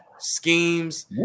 Schemes